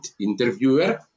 interviewer